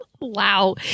Wow